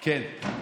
כן.